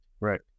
right